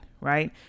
right